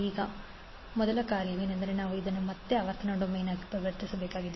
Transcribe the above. ಈಗ ಮೊದಲ ಕಾರ್ಯವೆಂದರೆ ನಾವು ಇದನ್ನು ಮತ್ತೆ ಆವರ್ತನ ಡೊಮೇನ್ ಆಗಿ ಪರಿವರ್ತಿಸಬೇಕಾಗಿದೆ